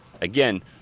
again